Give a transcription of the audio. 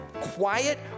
quiet